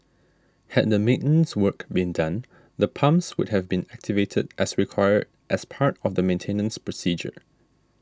had the maintenance work been done the pumps would have been activated as required as part of the maintenance procedure